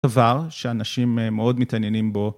דבר שאנשים מאוד מתעניינים בו.